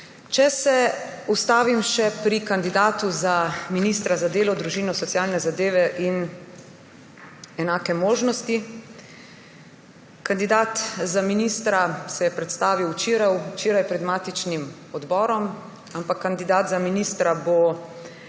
Če se ustavim še pri kandidatu za ministra za delo, družino, socialne zadeve in enake možnosti. Kandidat za ministra se je predstavil včeraj pred matičnim odborom. Ampak kandidat za ministra bo